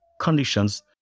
conditions